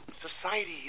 Society